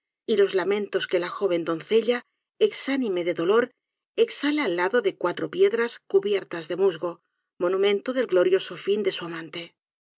y los lamentos que la joven doncella exánime de dolor exhala al lado de cuatro piedras cubiertas de musgo monumento del glorioso fin de su amante